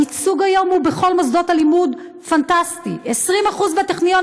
הייצוג בכל מוסדות הלימוד היום הוא פנטסטי: 20% בטכניון,